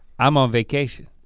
i'm on vacation.